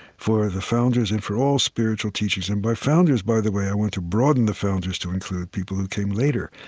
for the founders and for all spiritual teachings and by founders, by the way, i want to broaden the founders to include people who came later,